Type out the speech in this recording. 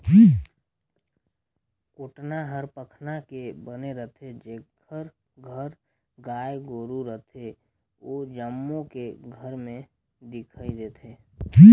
कोटना हर पखना के बने रथे, जेखर घर गाय गोरु रथे ओ जम्मो के घर में दिखइ देथे